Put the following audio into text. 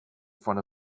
front